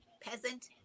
peasant